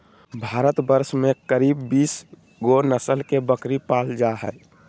भारतवर्ष में करीब बीस गो नस्ल के बकरी पाल जा हइ